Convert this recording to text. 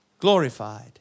glorified